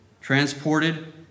Transported